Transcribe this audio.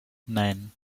nein